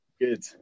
good